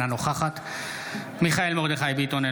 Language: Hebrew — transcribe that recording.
אינה נוכחת מיכאל מרדכי ביטון,